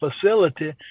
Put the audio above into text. facility